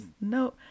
no